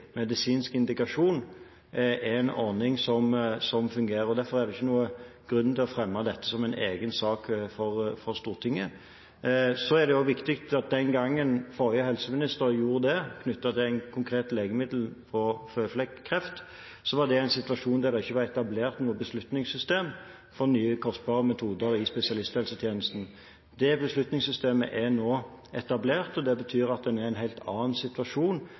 medisinsk indikasjon, er dette en ordning som fungerer. Derfor er det ikke noen grunn til å fremme dette som en egen sak for Stortinget. Så er det også viktig å si at den gangen den forrige helseminister la fram en sak for Stortinget knyttet til et konkret legemiddel for føflekkreft, var det en situasjon der det ikke var etablert noe beslutningssystem for nye kostbare metoder i spesialisthelsetjenesten. Det beslutningssystemet er nå etablert, og det betyr at en er i en helt annen situasjon